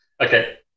Okay